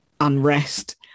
unrest